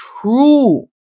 true